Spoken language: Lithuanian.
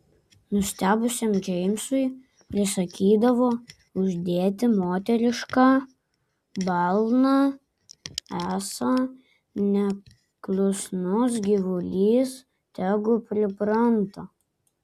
nustebusiam džeimsui prisakydavo uždėti moterišką balną esą neklusnus gyvulys tegu pripranta